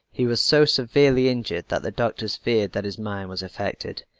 he was so severely injured that the doctors feared that his mind was affected,